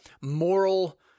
moral